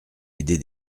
aidé